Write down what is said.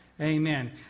Amen